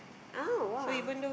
ah !wah!